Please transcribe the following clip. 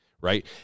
right